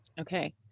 Okay